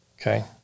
Okay